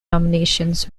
nominations